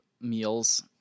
meals